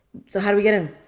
so how do we get in?